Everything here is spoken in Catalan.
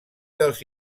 dels